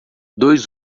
dois